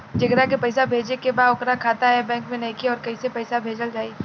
जेकरा के पैसा भेजे के बा ओकर खाता ए बैंक मे नईखे और कैसे पैसा भेजल जायी?